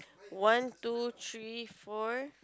one two three four